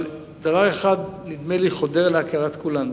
אבל דבר אחד, נדמה לי, חודר להכרת כולנו: